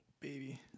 baby